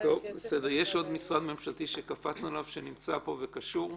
יש עוד משרד ממשלתי שדילגנו עליו, שנמצא פה וקשור?